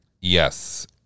Yes